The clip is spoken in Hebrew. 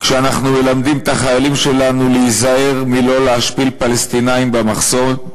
כשאנחנו מלמדים את החיילים שלנו להיזהר שלא להשפיל פלסטינים במחסום,